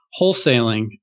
wholesaling